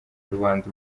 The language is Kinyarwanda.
rubanda